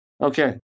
Okay